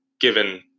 given